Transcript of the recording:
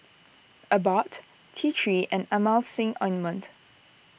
Abbott T three and Emulsying Ointment